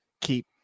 keep